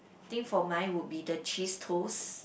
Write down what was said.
think for mine would be the cheese toast